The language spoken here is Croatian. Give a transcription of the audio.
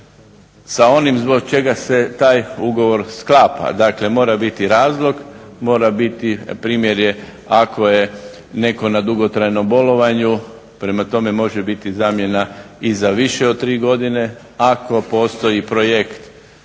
sa onim zbog čega se taj ugovor sklapa. Dakle moram biti razlog, mora biti primjer je ako je netko na dugotrajnom bolovanju prema tome može biti zamjena i za više od tri godine, ako postoji projekt